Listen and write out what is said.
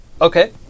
Okay